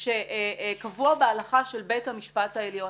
שקבוע בהלכה של בית המשפט העליון.